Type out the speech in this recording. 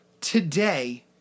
today